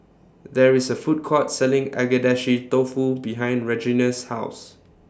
There IS A Food Court Selling Agedashi Dofu behind Regina's House